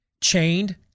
chained